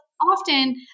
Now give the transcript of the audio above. often